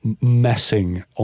messing